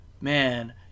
man